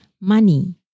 money